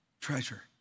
treasure